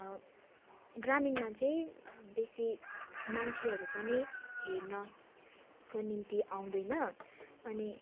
ग्रामीणमा चाहिँ बेसी मान्छेहरू पनि हेर्नको निम्ति आउँदैन अनि